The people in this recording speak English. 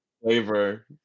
flavor